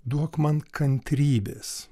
duok man kantrybės